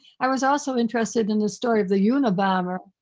i was also interested in the story of the unabomber,